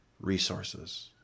resources